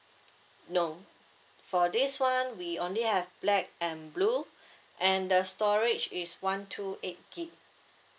no for this one we only have black and blue and the storage is one two eight gig